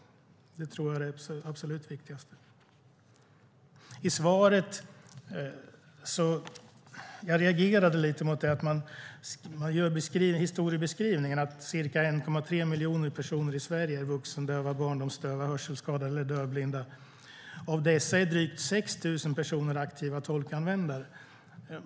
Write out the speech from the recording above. Det tror jag är det absolut viktigaste. Jag reagerade på historieskrivningen i svaret, att cirka 1,3 miljoner personer i Sverige är vuxendöva, barndomsdöva, hörselskadade eller dövblinda och att drygt 6 000 av dessa är aktiva tolkanvändare.